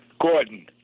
Gordon